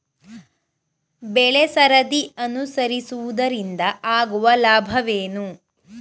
ಬೆಳೆಸರದಿ ಅನುಸರಿಸುವುದರಿಂದ ಆಗುವ ಲಾಭವೇನು?